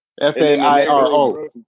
F-A-I-R-O